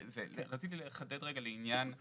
רציתי לחדד רגע לעניין הפיצוי,